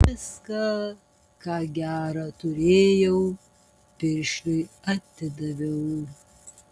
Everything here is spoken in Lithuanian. viską ką gera turėjau piršliui atidaviau